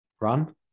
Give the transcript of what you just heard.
run